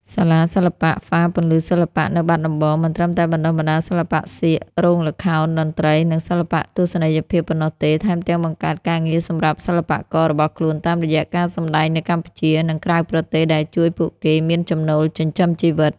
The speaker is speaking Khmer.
សាលាសិល្បៈ ហ្វារពន្លឺសិល្បៈ នៅបាត់ដំបង មិនត្រឹមតែបណ្តុះបណ្តាលសិល្បៈសៀក រោងល្ខោន តន្ត្រី និងសិល្បៈទស្សនីយភាពប៉ុណ្ណោះទេ ថែមទាំងបង្កើតការងារសម្រាប់សិល្បកររបស់ខ្លួនតាមរយៈការសម្តែងនៅកម្ពុជា និងក្រៅប្រទេសដែលជួយពួកគេមានចំណូលចិញ្ចឹមជីវិត។